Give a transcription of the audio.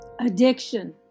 addiction